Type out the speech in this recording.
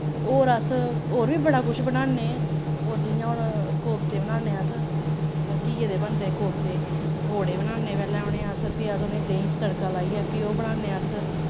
ते होर अस होर बी बड़ा कुछ बनान्ने होर जियां हून कोफ्ते बनान्ने अस घिये दे बनदे कोफ्ते पकौड़े बनान्ने पैह्लें फ्ही अस उ'नें देहीं च तड़का लाइयै फ्ही ओह् बनान्ने अस